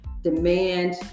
demand